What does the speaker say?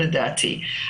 לדעתי.